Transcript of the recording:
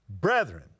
brethren